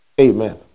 Amen